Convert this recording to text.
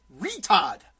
retard